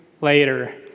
later